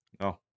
No